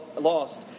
lost